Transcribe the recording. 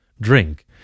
Drink